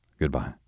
Goodbye